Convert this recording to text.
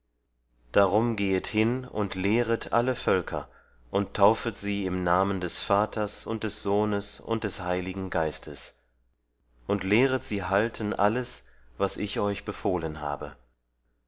darum gehet hin und lehret alle völker und taufet sie im namen des vaters und des sohnes und des heiligen geistes und lehret sie halten alles was ich euch befohlen habe